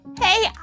Hey